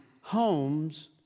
homes